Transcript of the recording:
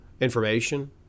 information